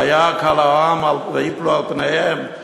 וירא כל העם וייפלו על פניהם,